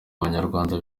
abanyamahanga